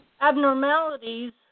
abnormalities